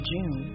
June